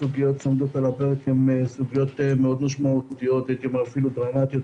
הסוגיות שעל הפרק הן מאוד משמעותיות מבחינתנו,